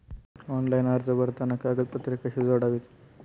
Online अर्ज भरताना कागदपत्रे कशी जोडावीत?